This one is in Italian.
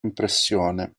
impressione